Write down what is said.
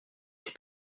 des